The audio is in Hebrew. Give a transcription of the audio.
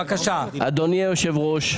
אדוני היושב ראש,